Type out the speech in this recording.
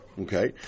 Okay